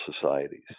societies